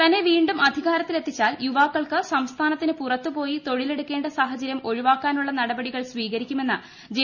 തന്നെ വീണ്ടും അധികാരത്തിൽ എത്തിച്ചാൽ യുവാക്കൾക്ക് സംസ്ഥാനത്തിന് പുറത്തു പോയി തൊഴിൽ എടുക്കേണ്ട സാഹചര്യം ഒഴിവാക്കാനുള്ള നടപടികൾ സ്വീകരിക്കുമെന്ന് ജെ